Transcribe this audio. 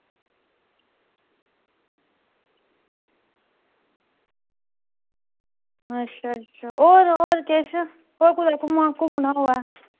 अच्छा अच्छा होर किश तुस उत्थें अगर घुम्मना होऐ